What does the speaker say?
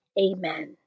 Amen